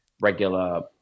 regular